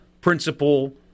principle